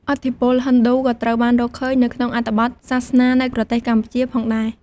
ឥទ្ធិពលហិណ្ឌូក៏ត្រូវបានរកឃើញនៅក្នុងអត្ថបទសាសនានៅប្រទេសកម្ពុជាផងដែរ។